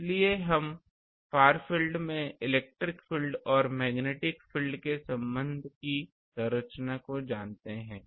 इसलिए हम far field में इलेक्ट्रिक फील्ड और मैग्नेटिक फील्ड के संबंध की संरचना को जानते हैं